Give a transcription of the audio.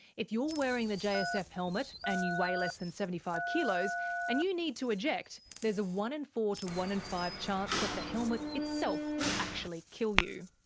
if you're wearing the jsf helmet and you weigh less than seventy five kilos and you need to eject, there's a one in four to one in five chance that the helmet itself will actually kill you.